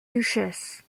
duchesse